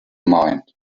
mind